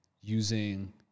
using